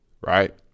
Right